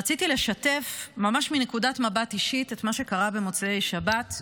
רציתי לשתף ממש מנקודת מבט אישית את מה שקרה במוצאי שבת,